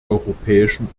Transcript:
europäischen